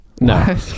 no